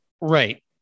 right